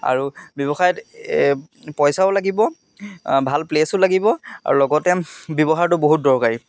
আৰু ব্যৱসায়ত পইচাও লাগিব ভাল প্লেচো লাগিব আৰু লগতে ব্যৱসায়টো বহুত দৰকাৰী